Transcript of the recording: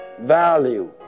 value